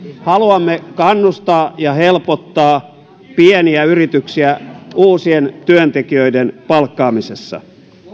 haluamme kannustaa ja helpottaa pieniä yrityksiä uusien työntekijöiden palkkaamisessa